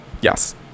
Yes